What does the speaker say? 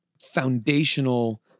Foundational